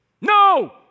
No